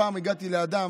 פעם הגעתי לאדם,